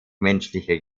menschliche